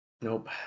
Nope